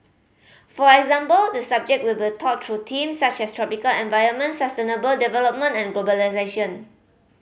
for example the subject will be taught through themes such as tropical environment sustainable development and globalisation